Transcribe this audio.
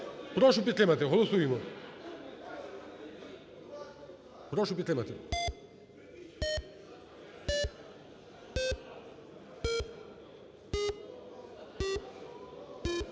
Прошу підтримати. Голосуємо. Прошу підтримати.